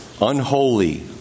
Unholy